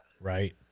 Right